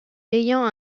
ayant